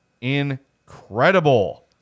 incredible